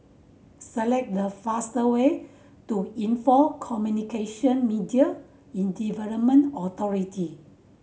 select the fastest way to Info Communication Media in Development Authority